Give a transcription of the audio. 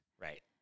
Right